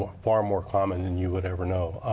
far more common than you would ever know.